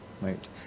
right